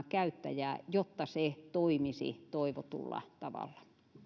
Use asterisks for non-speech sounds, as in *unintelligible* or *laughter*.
*unintelligible* käyttäjää jotta se toimisi toivotulla tavalla